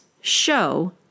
Show